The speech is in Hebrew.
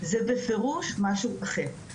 זה בפירוש משהו אחר.